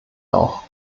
auch